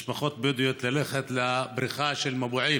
משפחות בדואיות, ללכת לבריכה של מבועים,